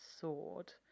sword